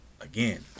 Again